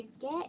get